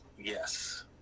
Yes